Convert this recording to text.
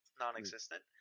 non-existent